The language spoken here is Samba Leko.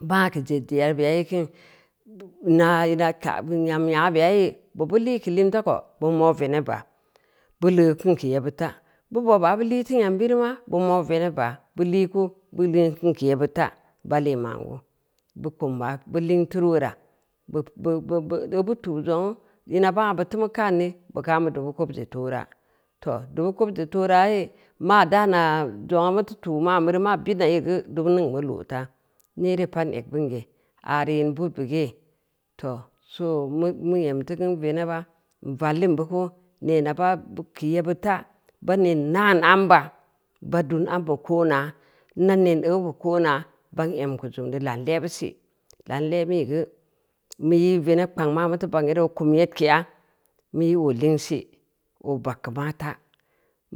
Bangna keu zed zera beya yee kin, ina ka’ bu nyam nya beyo yee bob bu lii keu hinta ko bu mo’ veneb ba, bu leu kin keu yebbid ta, bu boba bu lii teu nyam biruma, bu mo’veneb baa, bu lii ku bu leu kin geu yebbid ta, ba lee ma’n gu, bu kun ma, bu ling turu weura, bub u butu’ zongnu ina bangna buteu mu kanne bu kaa mu dubu kob-je-toora, too dubu-kob-je-toora yee ma daana zongn mute utu ma’na bure ma bidn yilgeu dubu ningnmu lo taa, neere pad n eg beun ge, areu nyong buudbeu gee, too, so, mu nyem teu ku veneba n eg beun ge, areu nyong buudbeu gee, too so, mu nyem teu ku veneba n ballin b uku, neena ba pi yebbid ta, ba neen naan amba, ba dun ambe ko’na, na neen obu be ko’na, ban em keu zumme, laan le’ busi lau n le’ bui geu inu i’ veneb kpang maa muteu bagn yere oo kum nyedkeya, mu i oo legeul si oo bag geu ma ta,